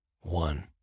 one